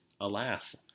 alas